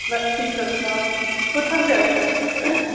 बस ठीक तुस सनाओ कुत्थें होंदे अज्ज्कल